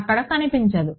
అక్కడ కనిపించదు